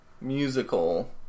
musical